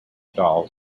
dolls